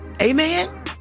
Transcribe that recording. Amen